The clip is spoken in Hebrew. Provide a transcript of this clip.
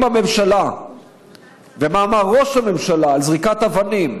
בממשלה ומה אמר ראש הממשלה על זריקת אבנים,